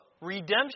redemption